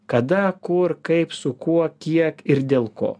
kada kur kaip su kuo kiek ir dėl ko